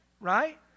right